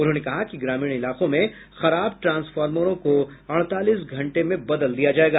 उन्होंने कहा कि ग्रामीण इलाकों में खराब ट्रांसफार्मरों को अडतालीस घंटे में बदल दिया जायेगा